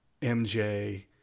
mj